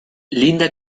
linda